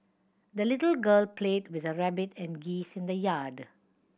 the little girl played with her rabbit and geese in the yard